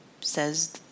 Says